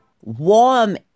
warm